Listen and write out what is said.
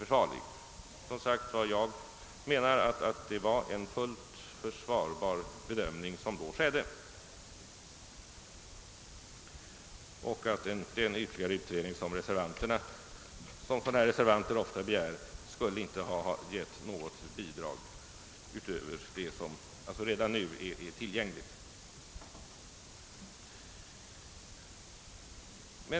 Jag anser alltså att det var en fullt försvarbar bedömning som då gjordes och att den ytterligare utredning som reservanterna begär inte skulle ge något resultat utöver vad som redan nu är redovisat.